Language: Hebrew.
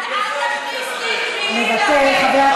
אל תכניס לי מילים לפה.